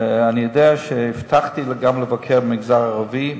אני יודע שהבטחתי לבקר גם במגזר הערבי,